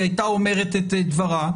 היא הייתה אומרת את דברה.